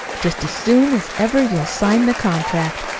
just as soon as ever you'll sign the contract.